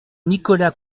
nicolas